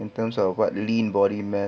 in terms of what lean body mass